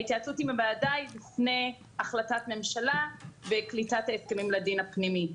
ההתייעצות עם הוועדה היא לפני החלטת ממשלה וקליטת הסכמים לדין הפנימי.